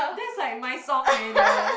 that's like my song man that one